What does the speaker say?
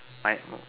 my